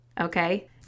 okay